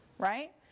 Right